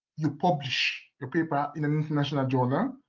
you publish your paper in an international journal, and